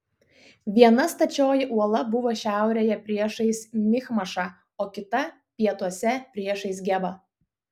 viena stačioji uola buvo šiaurėje priešais michmašą o kita pietuose priešais gebą